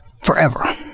forever